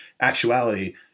actuality